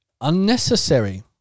unnecessary